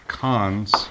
cons